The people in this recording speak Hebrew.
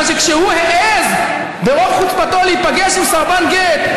מכיוון שכשהוא העז ברוב חוצפתו להיפגש עם סרבן גט,